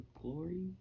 Glory